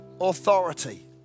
authority